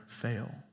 fail